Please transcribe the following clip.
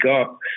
up